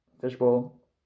fishbowl